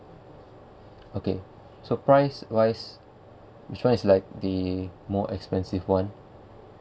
okay so price wise which one is like the more expensive one